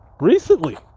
Recently